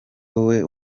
wowe